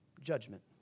judgment